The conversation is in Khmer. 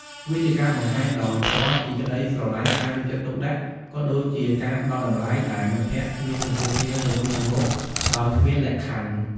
វាជាការបង្ហាញដោយផ្ទាល់ពីក្តីស្រឡាញ់ ការយកចិត្តទុកដាក់ ក៏ដូចជាការផ្តល់តម្លៃដែលមិត្តភក្តិមានចំពោះគ្នាទៅវិញទៅមកដោយគ្មានលក្ខខណ្ឌ។